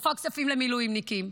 איפה הכספים למילואימניקים?